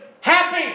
happy